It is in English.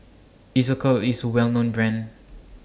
Isocal IS A Well known Brand